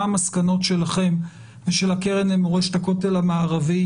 מה המסקנות שלכם ושל הקרן למורשת הכותל המערבי